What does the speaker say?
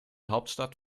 hauptstadt